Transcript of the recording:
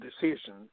decision